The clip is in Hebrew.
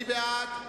מי בעד?